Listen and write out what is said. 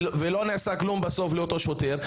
ולא נעשה כלום בסוף לאותו שוטר.